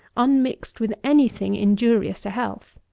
unmixed with any thing injurious to health.